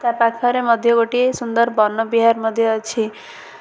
ତା' ପାଖରେ ମଧ୍ୟ ଗୋଟିଏ ସୁନ୍ଦର ବନବିହାର ମଧ୍ୟ ଅଛି